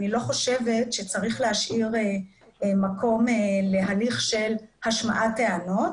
אני לא חושבת צריך להשאיר מקום להליך של השמעת טענות